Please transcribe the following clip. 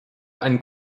ein